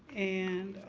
and,